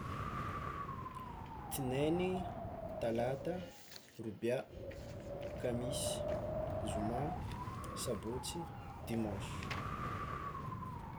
Tinainy, talata, robià, kamisy, zoma, sabotsy, dimanche.